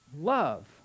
love